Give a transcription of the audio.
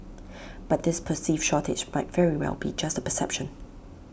but this perceived shortage might very well be just A perception